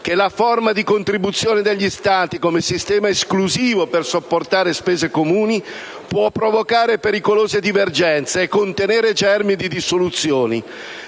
che la forma di contribuzione degli Stati, come sistema esclusivo per sopportare spese comuni, può provocare pericolose divergenze e contenere germi di dissoluzione,